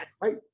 right